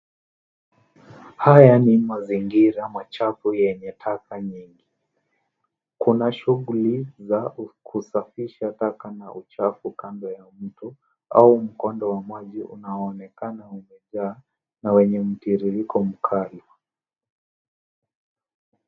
Haya ni mazingira machafu yenye taka nyingi. Kuna shughuli za kusafisha taka na uchafu kando ya mto, au mkondo wa maji unaoonekana umejaa na wenye mtiririko mkali.